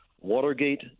Watergate